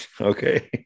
Okay